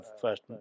first